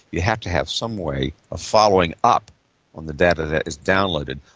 you have to have some way of following up on the data that is downloaded.